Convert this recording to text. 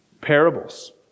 parables